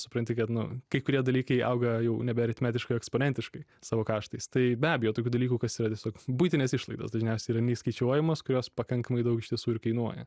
supranti kad nu kai kurie dalykai auga jau nebe aritmetiškai o eksponentiškai savo kaštais tai be abejo tokių dalykų kas yra tiesiog buitinės išlaidos dažniausiai ramiai skaičiuojamos kurios pakankamai daug iš tiesų ir kainuoja